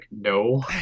No